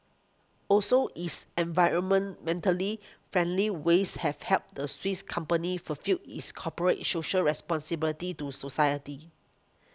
also its environmentally friendly ways have helped the Swiss company fulfil its corporate its social responsibility to society